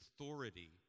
authority